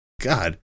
God